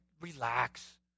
relax